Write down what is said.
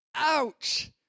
Ouch